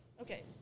Okay